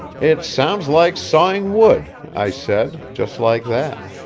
it sounds like sawing wood, i said, just like that.